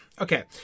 okay